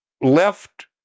left